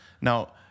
Now